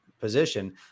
position